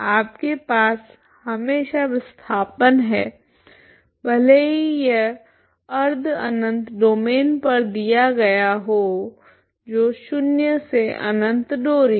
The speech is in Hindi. आपके पास हमेशा विस्थापन है भले ही यह अर्ध अनंत डोमैन पर दिया गया हो जो शून्य से अनंत डोरी है